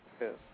Yes